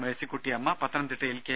മേഴ്സികുട്ടിഅമ്മ പത്തനംതിട്ടയിൽ കെ